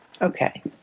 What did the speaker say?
Okay